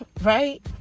Right